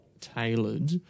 tailored